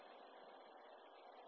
ছাত্র ছাত্রীঃ